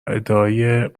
ادعای